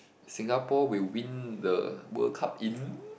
Singapore we win the World Cup in